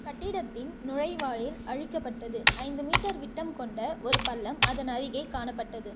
கட்டிடத்தின் நுழைவாயில் அழிக்கப்பட்டது ஐந்து மீட்டர் விட்டம் கொண்ட ஒரு பள்ளம் அதன் அருகே காணப்பட்டது